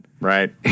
right